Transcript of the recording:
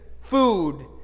food